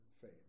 faith